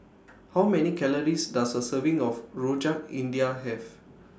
How Many Calories Does A Serving of Rojak India Have